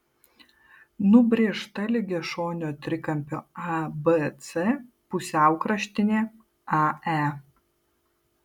nubrėžta lygiašonio trikampio abc pusiaukraštinė ae